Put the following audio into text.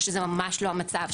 שזה ממש לא המצב,